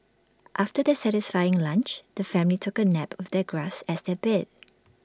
after their satisfying lunch the family took A nap with the grass as their bed